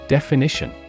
Definition